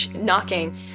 knocking